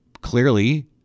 clearly